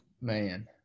man